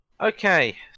Okay